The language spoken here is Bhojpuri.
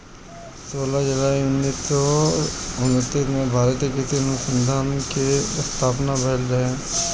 सोलह जुलाई उन्नीस सौ उनतीस में भारतीय कृषि अनुसंधान के स्थापना भईल रहे